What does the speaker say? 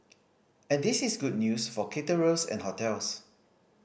and this is good news for caterers and hotels